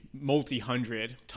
multi-hundred